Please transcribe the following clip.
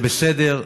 זה בסדר,